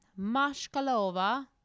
mashkalova